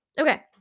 Okay